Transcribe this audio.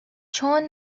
چون